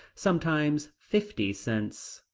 sometimes fifty cents.